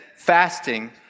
Fasting